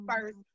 first